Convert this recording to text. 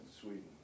Sweden